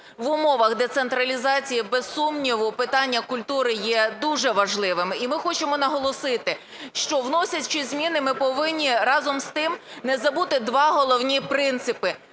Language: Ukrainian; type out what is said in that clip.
в умовах децентралізації, без сумніву, питання культури є дуже важливим. І ми хочемо наголосити, що, вносячи зміни, ми повинні разом з тим не забути два головні принципи